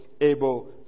able